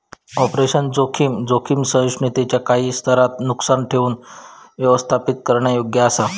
operational जोखीम, जोखीम सहिष्णुतेच्यो काही स्तरांत नुकसान ठेऊक व्यवस्थापित करण्यायोग्य असा